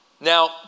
Now